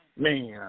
Man